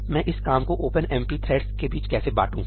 तो मैं इस काम को ओपनएमपी थ्रेड्स के बीच कैसे बांटूं